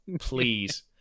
Please